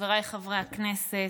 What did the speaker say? חבריי חברי הכנסת,